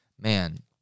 man